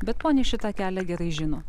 bet ponis šitą kelią gerai žino